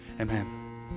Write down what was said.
Amen